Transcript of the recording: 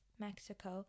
Mexico